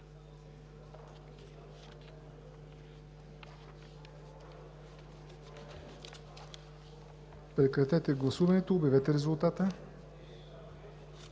Прекратете гласуването и обявете резултата.